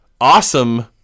awesome